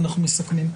ואז נסכם.